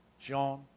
Jean